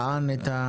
שמענו נתונים,